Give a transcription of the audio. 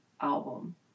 album